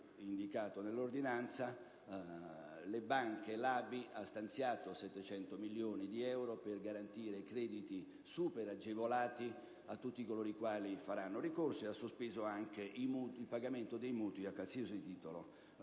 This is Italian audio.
in parallelo l'ABI ha stanziato 700 milioni di euro per garantire crediti super agevolati a tutti coloro i quali vi faranno ricorso e ha sospeso anche il pagamento dei mutui a qualsiasi titolo